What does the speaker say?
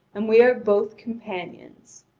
and we are both companions.